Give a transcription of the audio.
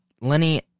Lenny